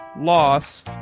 loss